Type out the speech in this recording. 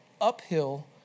uphill